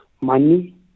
money